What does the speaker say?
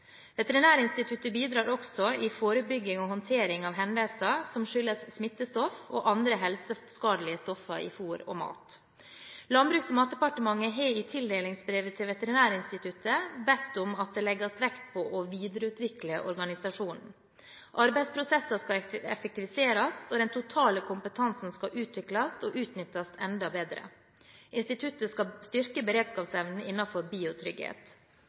Veterinærinstituttet bidrar også i forebygging og håndtering av hendelser som skyldes smittestoffer og andre helseskadelige stoffer i fôr og mat. Landbruks- og matdepartementet har i tildelingsbrevet til Veterinærinstituttet bedt om at det legges vekt på å videreutvikle organisasjonen. Arbeidsprosesser skal effektiviseres, og den totale kompetansen skal utvikles og utnyttes enda bedre. Instituttet skal styrke beredskapsevnen innenfor biotrygghet.